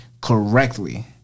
correctly